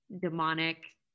demonic